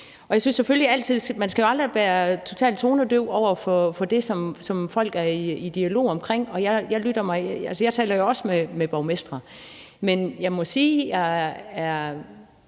Man skal jo aldrig være totalt tonedøv over for det, som folk er i dialog om. Jeg taler også med borgmestre,